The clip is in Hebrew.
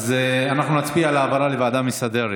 אז אנחנו נצביע על העברה לוועדה המסדרת.